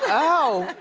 oh,